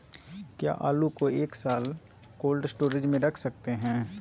क्या आलू को एक साल कोल्ड स्टोरेज में रख सकते हैं?